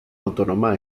autónoma